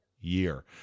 year